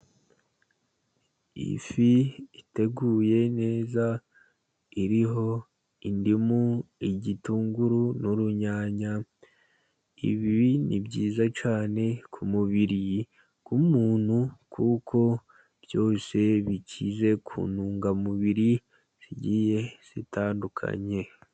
Ifi iteguye neza, iriho indimu, igitunguru, n'urunyanya, ibi ni byiza cyane ku mubiri w'umuntu, kuko byose bikize ku ntungamubiri zigiye zitandukanye.